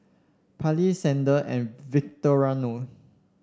Parley Xander and Victoriano